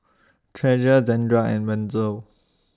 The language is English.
Treasure Zandra and Wenzel